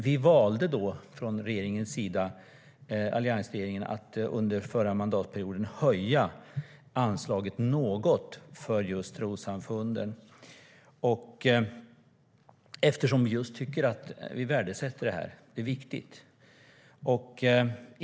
Vi valde från alliansregeringens sida under förra mandatperioden att höja anslaget något för just trossamfunden eftersom vi värdesätter dem. De är viktiga.